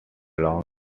long